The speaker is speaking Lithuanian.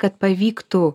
kad pavyktų